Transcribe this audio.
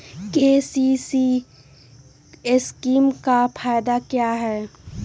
KCC scheme का फायदा क्या है?